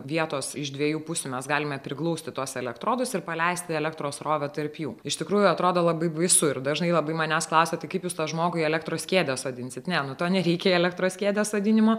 vietos iš dviejų pusių mes galime priglausti tuos elektrodus ir paleisti elektros srovę tarp jų iš tikrųjų atrodo labai baisu ir dažnai labai manęs klausiate kaip jūs tą žmogų į elektros kėdę sodinsite ne nu to nereikia į elektros kėdę sodinimo